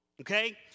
Okay